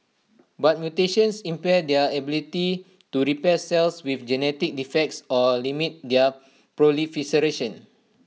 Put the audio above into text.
but mutations impair their ability to repair cells with genetic defects or limit their proliferation